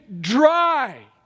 dry